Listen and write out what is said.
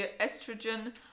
estrogen